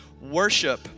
worship